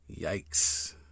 Yikes